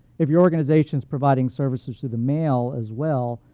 if your organization is providing services through the mail as well,